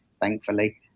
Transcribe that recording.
thankfully